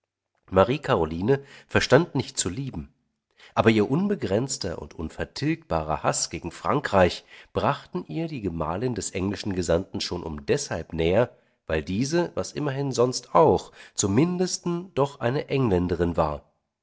marie karoline verstand nicht zu lieben aber ihr unbegrenzter und unvertilgbarer haß gegen frankreich brachten ihr die gemahlin des englischen gesandten schon um deshalb näher weil diese was immerhin sonst auch zum mindesten doch eine engländerin war